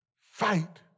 fight